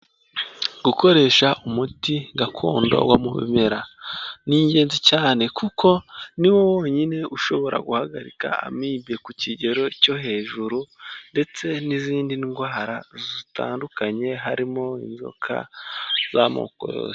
Gukoresha umuti gakondo wo mu bimera ni ingenzi cyane kuko niwo wonyine ushobora guhagarika amibe ku kigero cyo hejuru ndetse n'izindi ndwara zitandukanye harimo inzoka z'amoko yose.